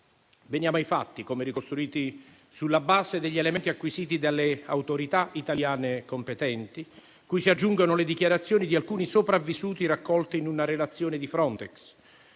Veniamo ai fatti, come ricostruiti sulla base degli elementi acquisiti dalle autorità italiane competenti, cui si aggiungono le dichiarazioni di alcuni sopravvissuti, raccolte in una relazione di Frontex.